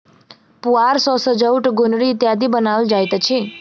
पुआर सॅ सजौट, गोनरि इत्यादि बनाओल जाइत अछि